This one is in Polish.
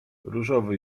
różowy